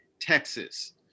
Texas